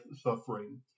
suffering